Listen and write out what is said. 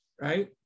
right